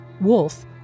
wolf